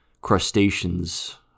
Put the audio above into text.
crustaceans